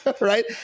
Right